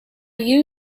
you